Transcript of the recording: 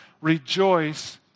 rejoice